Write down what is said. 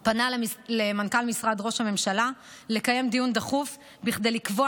גם פנה למנכ"ל משרד ראש הממשלה לקיים דיון דחוף כדי לקבוע